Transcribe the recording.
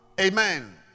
Amen